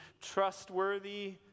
trustworthy